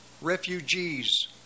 refugees